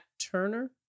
Turner